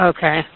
Okay